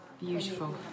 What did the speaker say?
Beautiful